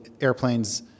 airplanes